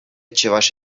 чӑваш